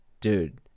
Dude